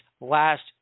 last